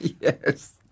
Yes